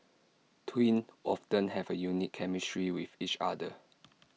twins often have A unique chemistry with each other